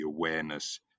awareness